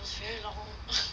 it's very long